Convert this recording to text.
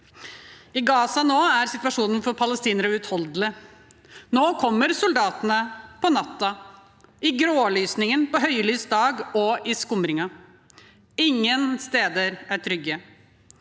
I Gaza er situasjonen for palestinere nå uutholdelig. Nå kommer soldatene om natten, i grålysningen, på høylys dag og i skumringen. Ingen steder er trygge